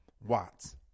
Watts